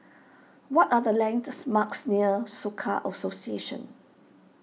what are the landmarks near Soka Association